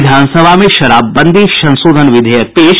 विधानसभा में शराबबंदी संशोधन विधेयक पेश